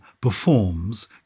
performs